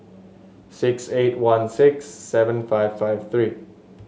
six eight one six seven five five three